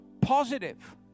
positive